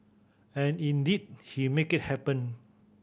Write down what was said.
and indeed he make it happen